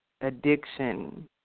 addiction